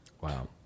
Wow